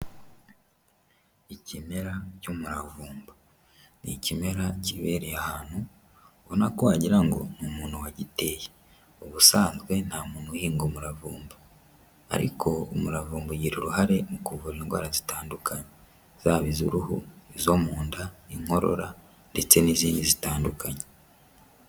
Ikimera cy'umuravumba ni ikimera kibereye ahantu ubona ko wagira ngo ni umuntu wagiteye, ubusanzwe nta muntu uhinga umuravumba ariko umurava ugira uruhare mu ku kuvura indwara zitandukanye, zaba iz'uruhu, izo mu nda, inkorora ndetse n'izindi zitandukanye.